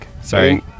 sorry